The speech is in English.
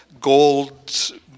gold